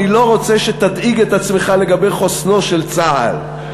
אני לא רוצה שתדאיג את עצמך לגבי חוסנו של צה"ל.